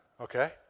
Okay